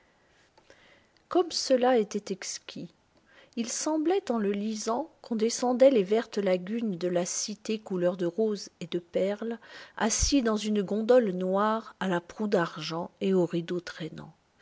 gomme cela était exquis il semblait en le lisant qu'on descendait les vertes lagunes de la cité couleur de rose et de perle assis dans une gondole noire à la proue d'argent et aux rideaux traînants